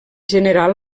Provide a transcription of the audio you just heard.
general